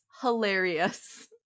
hilarious